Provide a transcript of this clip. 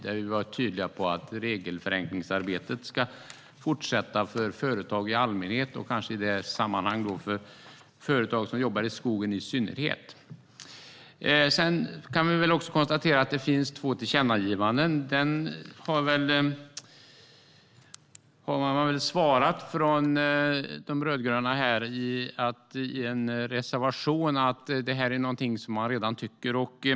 Där är vi tydliga med att regelförenklingsarbetet ska fortsätta för företag i allmänhet och i det här sammanhanget för företag som jobbar i skogen i synnerhet. Det finns två tillkännagivanden. De rödgröna har svarat i en reservation att det här är något som man redan tycker.